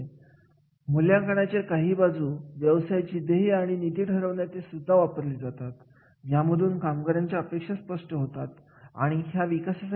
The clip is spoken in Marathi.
जसे की सर्व कार्यासाठी योग्य ती बक्षिस प्रणाली असावी ज्यामध्ये काही कार्यांमध्ये अडचणी सोडवण्याचा विशेष महत्त्व असतेयामध्ये एखादं कार्य करण्यासाठी तो व्यक्ती जर तिथल्या गरजा पूर्ण करीत नसेल तर त्याला तसे प्रशिक्षण देण्यात यावे